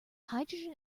hydrogen